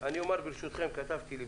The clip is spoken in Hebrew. ברשותכם כתבתי לי,